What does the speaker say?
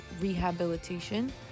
rehabilitation